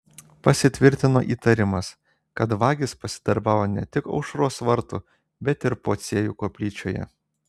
pasitvirtino įtarimas kad vagys pasidarbavo ne tik aušros vartų bet ir pociejų koplyčioje